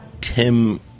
Tim